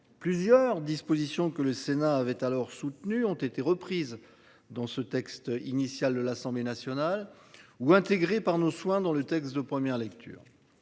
plusieurs dispositions que le Sénat avait alors soutenu ont été reprises dans ce texte initial de l'Assemblée nationale ou intégrées par nos soins dans le texte de première lecture,